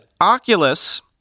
Oculus